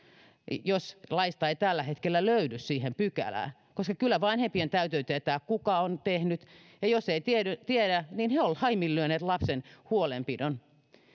jos laista ei tällä hetkellä löydy siihen pykälää koska kyllä vanhempien täytyy tietää kuka on tehnyt ja jos eivät tiedä niin he ovat laiminlyöneet lapsen huolenpidon